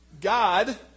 God